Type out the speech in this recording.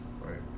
Right